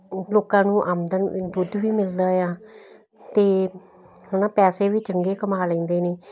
ਲੋਕਾਂ ਨੂੰ ਆਮਦਨ ਦੁੱਧ ਵੀ ਮਿਲਦਾ ਆ ਤੇ ਹਨਾ ਪੈਸੇ ਵੀ ਚੰਗੇ ਕਮਾ ਲੈਂਦੇ ਨੇ